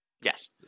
Yes